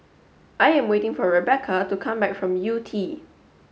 I am waiting for Rebeca to come back from Yew Tee